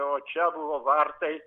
o čia buvo vartai